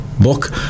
book